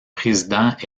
président